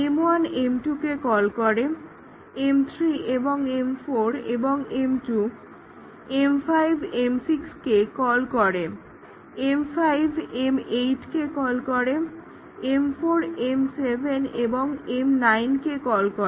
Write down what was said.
M1 M2 কে call করে M3 এবং M4 এবং M2 M5 M6 কে কল করে M5 M8 কে কল করে M4 M7 এবং M9 কে কল করে